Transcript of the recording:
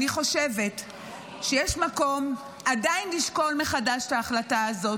אני חושבת שעדיין יש מקום לשקול מחדש את ההחלטה הזו,